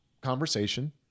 conversation